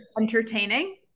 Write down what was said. entertaining